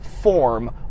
form